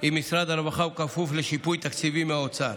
עם משרד הרווחה ובכפוף לשיפוי תקציבי מהאוצר.